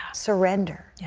surrender. yeah